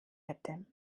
hätte